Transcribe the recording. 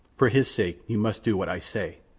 for his sake you must do what ay say.